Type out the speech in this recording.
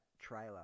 trailer